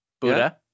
Buddha